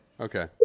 Okay